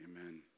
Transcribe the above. Amen